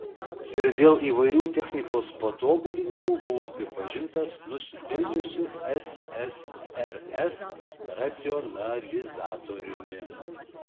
ir dėl įvairių technikos patobulinimų buvo pripažintas nusipelniusiu ssrs racionalizatoriumi